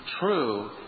true